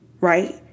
Right